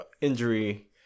injury